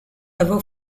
ever